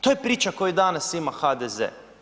To je priča koju danas ima HDZ.